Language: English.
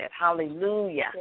Hallelujah